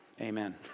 Amen